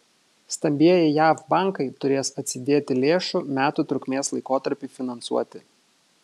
stambieji jav bankai turės atsidėti lėšų metų trukmės laikotarpiui finansuoti